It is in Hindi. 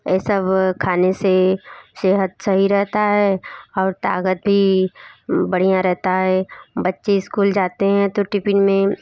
ये सब खाने से सेहत सही रहता है और ताक़त भी बढ़िया रहती है बच्चे इस्कूल जाते हैं तो टिफिन में